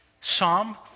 Psalm